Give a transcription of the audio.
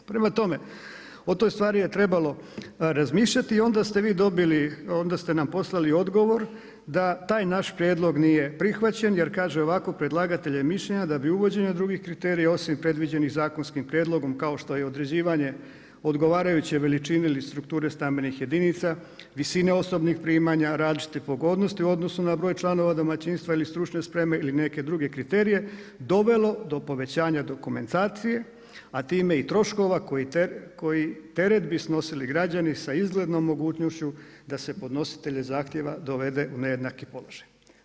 Prema tome, o toj stvari je trebalo razmišljati i onda ste vi dobili, onda ste nam poslali odgovor, da taj naš prijedlog nije prihvaćen jer kaže ovako, predlagatelj je mišljenja da bi uvođenje drugih kriterija osim predviđenim zakonskim prijedlogom kao što je određivanje odgovarajuće veličine stambenih jedinica visine osobnih primanja, različite pogodnosti u odnosu na broj članova domaćinstva ili stručne spreme ili neke druge kriterije, dovelo do povećanja dokumentacije, a time i troškova koji teret bi snosili građani sa izgledom mogućnošću da se podnositelje zahtjeva dovede do nejednake položaj.